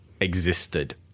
existed